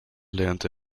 lernte